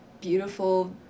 beautiful